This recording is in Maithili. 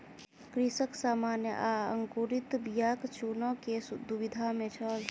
कृषक सामान्य आ अंकुरित बीयाक चूनअ के दुविधा में छल